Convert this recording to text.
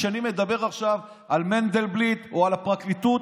כשאני מדבר עכשיו על מנדלבליט או על הפרקליטות,